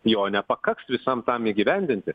jo nepakaks visam tam įgyvendinti